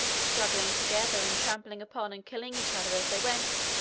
struggling together, and trampling upon and killing each other as they went,